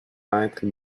maître